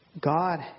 God